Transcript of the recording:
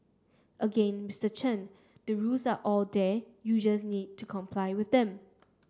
again Mister Chen the rules are all there you just need to comply with them